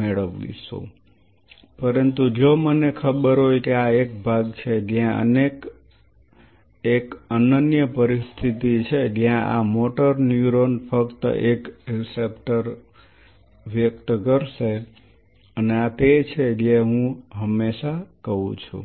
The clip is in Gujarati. મેળવીશું પરંતુ જો મને ખબર હોય કે આ એક ભાગ છે જ્યાં એક અનન્ય પરિસ્થિતિ છે જ્યાં આ મોટર ન્યુરોન ફક્ત એક રીસેપ્ટર વ્યક્ત કરશે અને આ તે છે જે હું હંમેશા કહું છું